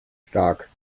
stark